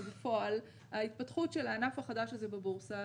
בפועל ההתפתחות של הענף החדש הזה בבורסה